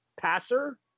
passer